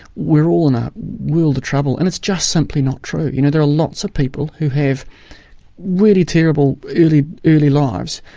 we're all in a world of trouble, and it's just simply not true. you know there are lots of people who have really terrible early early lives,